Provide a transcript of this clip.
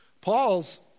Paul's